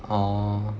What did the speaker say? oh